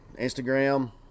Instagram